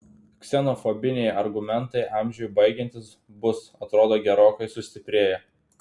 ksenofobiniai argumentai amžiui baigiantis bus atrodo gerokai sustiprėję